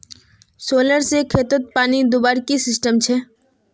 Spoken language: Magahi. सोलर से खेतोत पानी दुबार की सिस्टम छे?